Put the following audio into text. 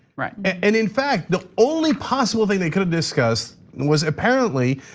right. and in fact, the only possible thing they could discuss was apparently,